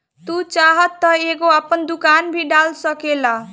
तू चाहत तअ एगो आपन दुकान भी डाल सकेला